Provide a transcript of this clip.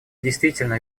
действительно